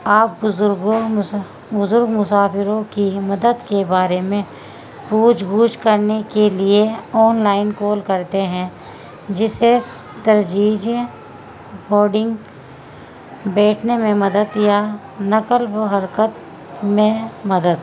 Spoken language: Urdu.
آپ بزرگوں بزرگ مسافروں کی مدد کے بارے میں پوجھ گجھ کرنے کے لیے آن لائن کال کرتے ہیں جسے ترجیح بورڈنگ بیٹھنے میں مدد یا نقل و حرکت میں مدد